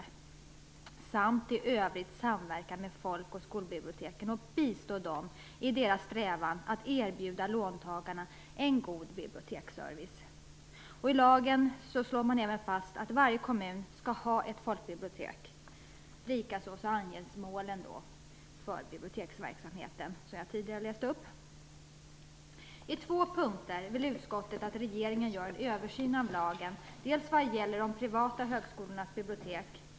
De skall också i övrigt samverka med folk och skolbiblioteken och bistå dem i deras strävan att erbjuda låntagarna en god biblioteksservice. I lagen slås också fast att varje kommun skall ha ett folkbibliotek. Likaså anges de mål för biblioteksverksamheten som jag tidigare läste upp. På två punkter vill utskottet att regeringen gör en översyn av lagen. Den första punkten gäller de privata högskolornas bibliotek.